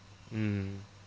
mm